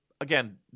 Again